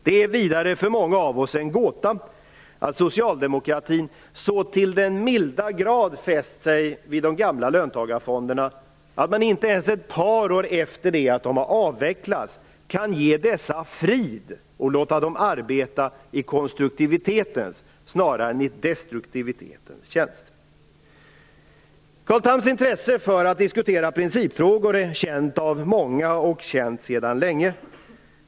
Det är vidare för många av oss en gåta att socialdemokratin så till den milda grad fäst sig vid de gamla löntagarfonderna att man inte ens ett par år efter det att de avvecklats kan ge dessa frid och låta dem arbeta i konstruktivitetens snarare än i destruktivitetens tjänst. Carl Thams intresse för att diskutera principfrågor är känt av många och känt sedan länge.